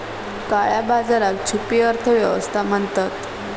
काळया बाजाराक छुपी अर्थ व्यवस्था म्हणतत